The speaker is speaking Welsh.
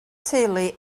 teulu